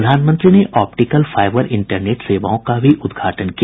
प्रधानमंत्री ने optical fibre internet सेवाओं का भी उद्घाटन किया